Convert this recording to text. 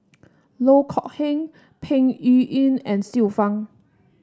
Loh Kok Heng Peng Yuyun and Xiu Fang